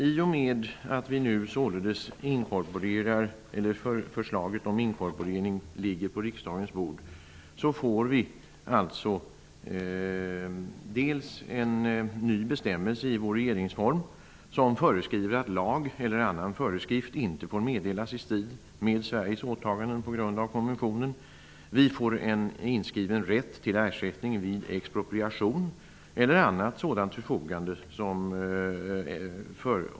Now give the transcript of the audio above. I och med att förslaget om inkorporering nu ligger på riksdagens bord får vi en ny bestämmelse i vår regeringsform som föreskriver att lag eller annan föreskrift inte får meddelas i strid med Sveriges åtaganden på grund av konventionen. Vi får en inskriven rätt till ersättning vid expropriation eller annat sådant förfogande.